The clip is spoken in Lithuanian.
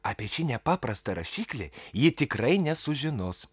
apie šį nepaprastą rašiklį ji tikrai nesužinos